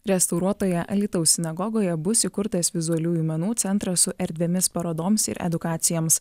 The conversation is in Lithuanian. restauruotoje alytaus sinagogoje bus įkurtas vizualiųjų menų centras su erdvėmis parodoms ir edukacijoms